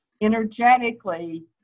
energetically